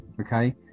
okay